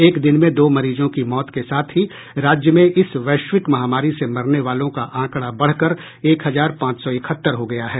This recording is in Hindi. एक दिन में दो मरीजों की मौत के साथ ही राज्य में इस वैश्विक महामारी से मरने वालों का आंकड़ा बढ़कर एक हजार पांच सौ इकहत्तर हो गया है